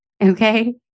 okay